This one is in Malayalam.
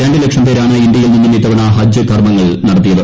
രണ്ട് ലക്ഷം പേരാണ് ഇന്ത്യയിൽ നിന്നും ഇത്തവണ ഹജ്ജ് കർമ്മങ്ങൾ നടത്തിയത്